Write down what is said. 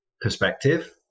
perspective